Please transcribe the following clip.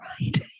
right